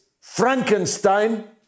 Frankenstein